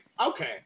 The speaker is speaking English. Okay